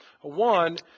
One